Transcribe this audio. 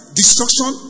destruction